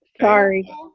Sorry